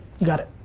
you got it.